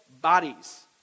bodies